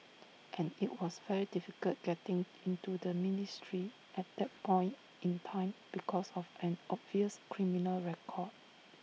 and IT was very difficult getting into the ministry at that point in time because of an obvious criminal record